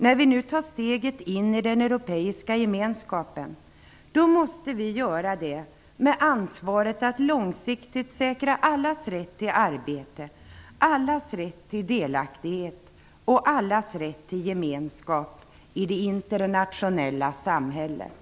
När vi nu tar steget in i den europeiska gemenskapen måste vi göra det med ansvaret att långsiktigt säkra allas rätt till arbete, allas rätt till delaktighet och allas rätt till gemenskap i det internationella samhället.